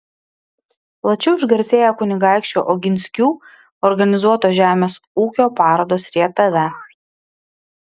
plačiau išgarsėjo kunigaikščių oginskių organizuotos žemės ūkio parodos rietave